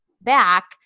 back